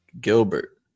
Gilbert